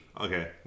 Okay